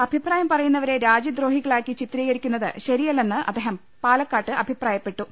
അഭിപ്രായം പറയുന്നവരെ രാജ്യദ്രോഹികളായി ചിത്രീകരിക്കുന്നത് ശരിയല്ലെന്ന് അദ്ദേഹം പാലക്കാട്ട് അഭിപ്രായപ്പെട്ടു